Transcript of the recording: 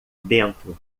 dentro